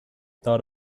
thought